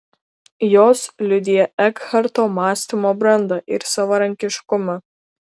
jos liudija ekharto mąstymo brandą ir savarankiškumą